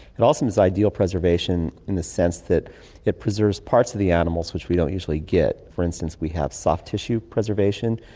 it also is ideal preservation in the sense that it preserves parts of the animals which we don't usually get. get. for instance, we have soft tissue preservation,